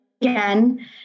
again